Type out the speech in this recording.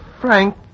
Frank